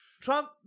Trump